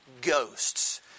ghosts